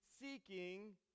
seeking